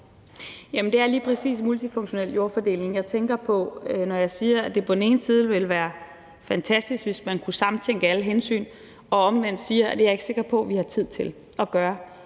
det er lige præcis multifunktionel jordfordeling, jeg tænker på, når jeg siger, at det på den ene side ville være fantastisk, hvis man kunne sammentænke alle hensyn, men at jeg på den anden side ikke er sikker på, vi har tid til at gøre